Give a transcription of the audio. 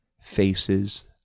faces